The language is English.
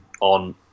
on